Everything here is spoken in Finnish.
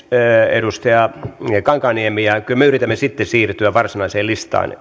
edustaja kankaanniemi ja kyllä me yritämme sitten siirtyä varsinaiseen listaan